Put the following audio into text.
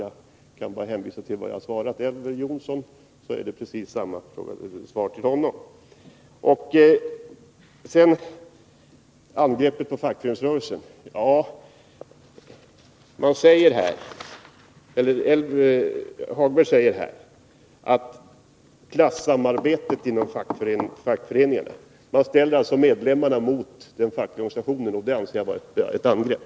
Jag kan bara hänvisa till vad 3 jag har svarat Elver Jonsson; jag har precis samma svar till Lars-Ove Hagberg. Så till angreppet mot fackföreningsrörelsen. Lars-Ove Hagberg talar här om klassamarbetet inom fackföreningarna. Han ställer alltså medlemmarna mot den fackliga organisationen, och det anser jag vara ett angrepp.